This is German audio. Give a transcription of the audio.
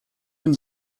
den